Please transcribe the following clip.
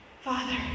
father